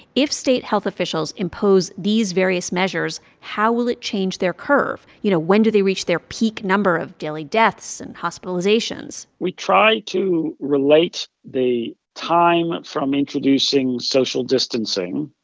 if state health officials impose these various measures, how will it change their curve? you know, when do they reach their peak number of daily deaths and hospitalizations? we try to relate the time from introducing social distancing.